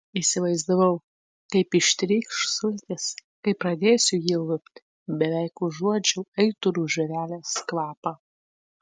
įsivaizdavau kaip ištrykš sultys kai pradėsiu jį lupti beveik užuodžiau aitrų žievelės kvapą